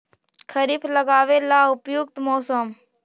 खरिफ लगाबे ला उपयुकत मौसम?